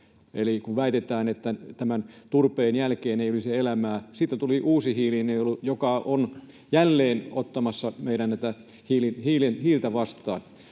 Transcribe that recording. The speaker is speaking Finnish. eli kun väitetään, että turpeen jälkeen ei olisi elämää, siitä tuli uusi hiilinielu, joka on jälleen ottamassa tätä meidän hiiltä vastaan.